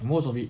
most of it